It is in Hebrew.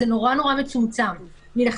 אז זה נורא מצומצם מלכתחילה.